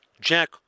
Jack